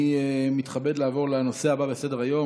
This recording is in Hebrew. חוב' מ/1367).] אני מתכבד לעבור לנושא הבא בסדר-היום,